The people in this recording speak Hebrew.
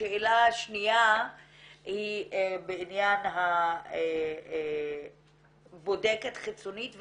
השאלה השנייה היא בעניין הבודקת החיצונית,